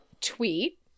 tweet